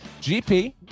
GP